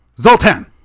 zoltan